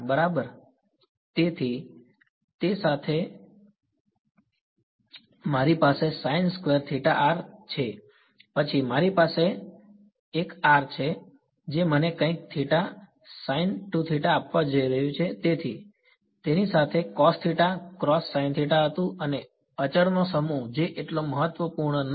બરાબર તેથી મારી પાસે છે અને પછી મારી પાસે એક છે જે મને કંઈક આપવા જઇ રહ્યું છે તે સાથે હતું અને અચળનો સમૂહ જે એટલો મહત્વપૂર્ણ નથી